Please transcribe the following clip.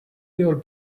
your